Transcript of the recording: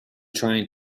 trying